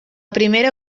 primera